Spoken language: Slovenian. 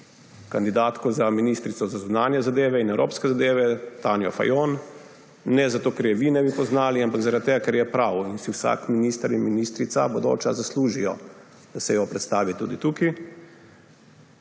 kandidatko za ministrico za zunanje zadeve in evropske zadeve Tanjo Fajon. Ne zato, ker je vi ne bi poznali, ampak zaradi tega, ker je prav in si vsak bodoči minister in ministrica zasluži, da se ga oziroma jo predstavi tudi tukaj.